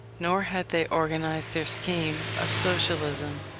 nor had they organized their scheme of socialism.